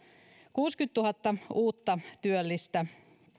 kuusikymmentätuhatta uutta työllistä